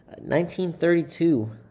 1932